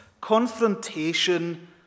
confrontation